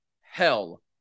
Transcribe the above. hell